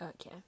Okay